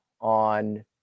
on